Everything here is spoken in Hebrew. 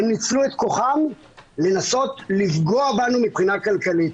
הם ניצלו את כוחם לנסות לפגוע בנו מבחינה כלכלית.